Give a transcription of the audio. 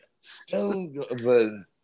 Stone